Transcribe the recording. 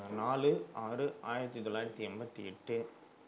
நாலு ஆறு ஆயிரத்தி தொள்ளாயிரத்தி எண்பத்தி எட்டு